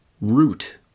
root